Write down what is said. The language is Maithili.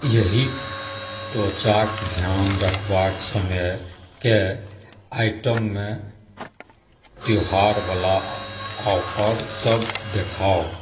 एहि त्वचाक ध्यान रखबाक समयके आइटममे त्यौहार बला ऑफर सभ देखाउ